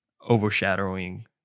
overshadowing